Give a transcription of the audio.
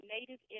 Native